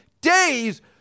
days